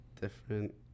different